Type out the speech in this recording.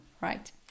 right